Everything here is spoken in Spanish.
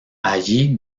allí